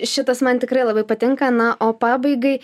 šitas man tikrai labai patinka na o pabaigai